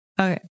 Okay